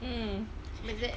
mm